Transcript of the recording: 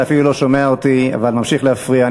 אתה אפילו לא שומע אותי אבל ממשיך להפריע,